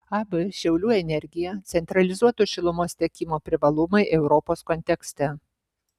ab šiaulių energija centralizuoto šilumos tiekimo privalumai europos kontekste